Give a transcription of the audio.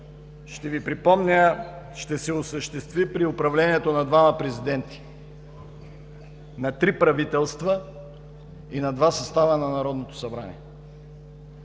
ще Ви припомня, ще се осъществи при управлението на двама президенти, на три правителства и на два състава на Народното събрание.